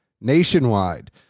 nationwide